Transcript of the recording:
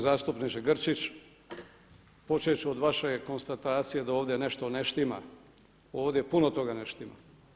zastupniče Grčić počet ću od vaše konstatacije da ovdje nešto ne štima, ovdje puno toga ne štima.